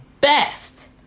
best